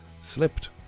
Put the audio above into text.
slipped